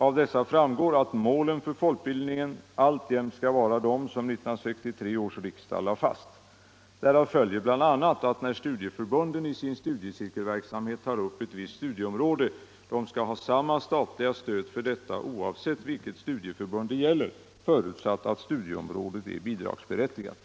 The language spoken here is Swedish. Av dessa framgår att målen för folkbildningen alltjämt skall vara de som 1963 års riksdag lade fast. Därav följer bl.a. att när studieförbunden i sin studiecirkelverksamhet tar upp ett visst studieområde skall de ha samma statliga stöd för detta, oavsett vilket studieförbund det gäller, förutsatt att studieområdet är bidragsberättigat.